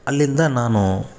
ಅಲ್ಲಿಂದ ನಾನು